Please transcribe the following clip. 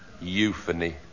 Euphony